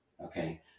okay